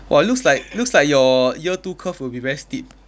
!wah! looks like looks like your year two curve will be very steep